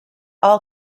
all